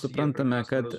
suprantame kad